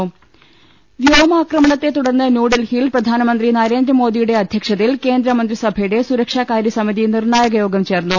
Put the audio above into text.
ൃ വ്യോമാക്രമണത്തെ തുടർന്ന് ന്യൂഡൽഹിയിൽ പ്രധാനമന്ത്രി നരേന്ദ്രമോദിയുടെ അധ്യക്ഷതയിൽ കേന്ദ്രമന്ത്രിസഭയുടെ സുര ക്ഷാകാര്യസമിതി നിർണായകയോഗം ചേർന്നു